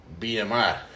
BMI